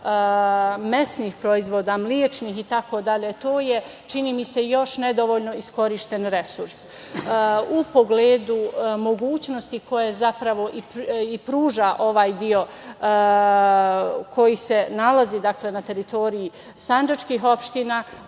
mesnih proizvoda, mlečnih i tako dalje, to je čini mi se još nedovoljno iskorišćen resurs u pogledu mogućnosti koje zapravo i pruža ovaj deo, koji se nalazi na teritoriji sandžačkih opština